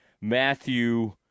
Matthew –